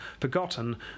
forgotten